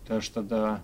tai aš tada